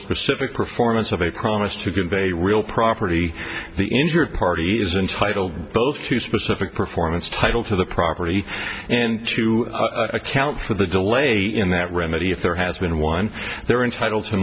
specific performance of a promise to convey real property the injured party is entitled both to specific performance title to the property and to account for the delay in that remedy if there has been one they're entitled to